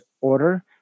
order